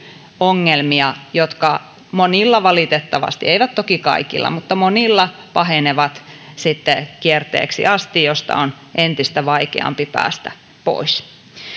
ongelmia jotka monilla valitettavasti eivät toki kaikilla mutta monilla pahenevat sitten kierteeksi asti josta on entistä vaikeampi päästä pois